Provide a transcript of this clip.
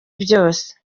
byose